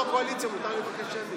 אני יו"ר הקואליציה, מותר לי לבקש שמית.